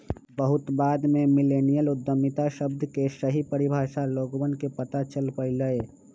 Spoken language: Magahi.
बहुत बाद में मिल्लेनियल उद्यमिता शब्द के सही परिभाषा लोगवन के पता चल पईलय